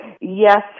Yes